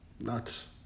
Nuts